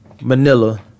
Manila